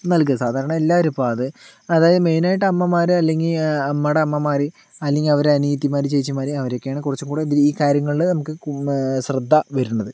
നൽകുക സാധാരണ എല്ലാവരും ഇപ്പോൾ അതെ അതായത് മെയിനായിട്ട് അമ്മമാര് അല്ലെങ്കിൽ അമ്മയുടെ അമ്മമാര് അല്ലെങ്കിൽ അവരെ അനിയത്തിമാര് ചേച്ചിമാര് അവരൊക്കെയാണ് കുറച്ചും കൂടെ ഈ കാര്യങ്ങളില് നമുക്ക് ശ്രദ്ധ വരേണ്ടത്